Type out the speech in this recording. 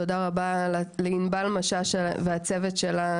תודה רבה לענבל משש ולצוות שלה,